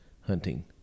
hunting